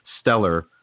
stellar